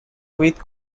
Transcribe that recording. with